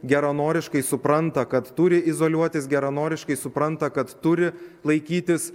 geranoriškai supranta kad turi izoliuotis geranoriškai supranta kad turi laikytis